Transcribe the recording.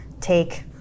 take